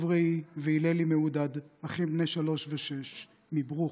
טוב ראי והללי מעודד, אחים בני שלוש ושש מברוכין,